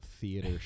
theater